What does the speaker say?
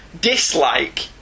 dislike